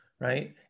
right